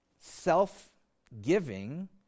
self-giving